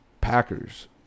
Packers